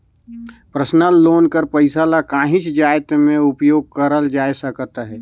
personal loan कर पइसा ल काहींच जाएत में उपयोग करल जाए सकत अहे